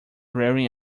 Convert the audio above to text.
wearing